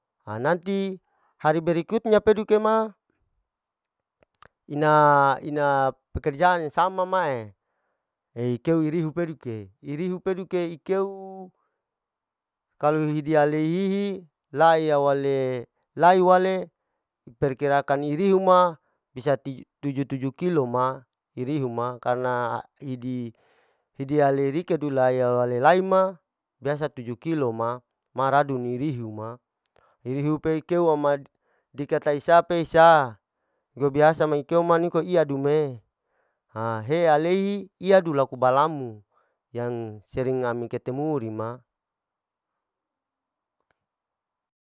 Ha nanti hari berikutnya pedukema ina-ina pekerjaan yang sama ma'e, ikeu irihu peduke, irihu peduke ikeu kalau hidia ale hihi laya wale, lay wale perkirakan irihu ma, bisa tujuh-tujuh kilo ma irihu ma, karna hidi, hidi rikedu lae walei lai ma biasa tuju kilo ma, maradun nirihu ma rihiu pe keu ama dikata sa pesa, biasa biasa ma ikeu niko iyadum'e, ha hialei iyadu laku balamu, yang sering ami ketemu rima.